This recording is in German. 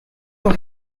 doch